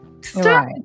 Stop